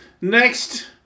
Next